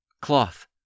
Cloth